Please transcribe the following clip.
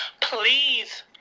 please